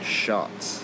shots